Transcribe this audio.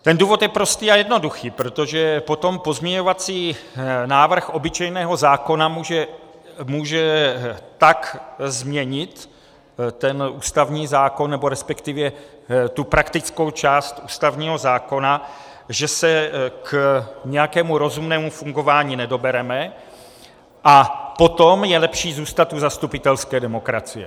Ten důvod je prostý a jednoduchý, protože potom pozměňovací návrh obyčejného zákona může tak změnit ten ústavní zákon, resp. tu praktickou část ústavního zákona, že se k nějakému rozumnému fungování nedobereme, a potom je lepší zůstat u zastupitelské demokracie.